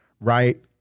right